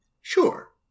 Sure